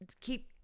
keep